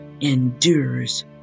endures